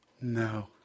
No